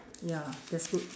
ya lah that's good